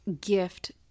gift